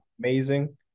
amazing